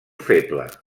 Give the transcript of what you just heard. feble